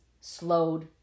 slowed